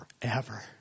forever